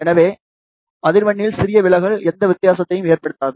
எனவே அதிர்வெண்ணில் சிறிய விலகல் எந்த வித்தியாசத்தையும் ஏற்படுத்தாது